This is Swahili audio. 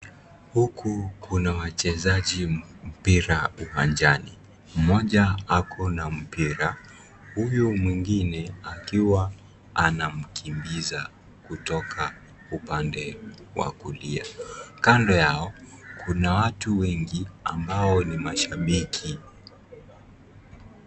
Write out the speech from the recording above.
Huku kuna wachezaji mpira uwanjani. Mmoja ako na mpira. Huyu mwingine akiwa anamkimbiza kutoka upande wa kulia. Kando yao kuna watu wengi ambao ni mashabiki.